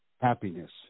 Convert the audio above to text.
happiness